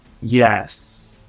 Yes